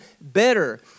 better